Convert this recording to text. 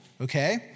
Okay